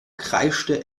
kreischte